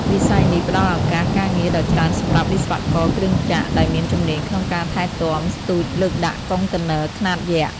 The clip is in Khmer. វិស័យនេះផ្តល់ឱកាសការងារដ៏ច្រើនសម្រាប់វិស្វករគ្រឿងចក្រ ដែលមានជំនាញក្នុងការថែទាំស្ទូចលើកដាក់កុងតឺន័រខ្នាតយក្ស។